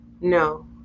no